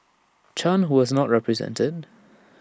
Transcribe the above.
chan who was not represented